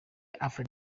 after